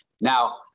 Now